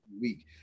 Week